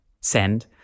send